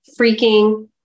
freaking